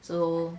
so